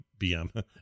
BM